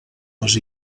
les